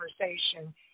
conversation